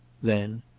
then,